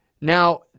Now